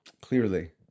clearly